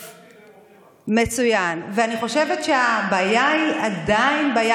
ביקשתי, והם עובדים על זה.